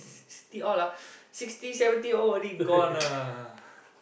ci~ city all lah sixty seventy old already gone ah